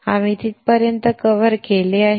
आम्ही तिथपर्यंत कव्हर केले आहे